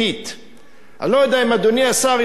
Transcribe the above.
אני לא יודע אם אדוני השר יודע מה זה תת-ספית.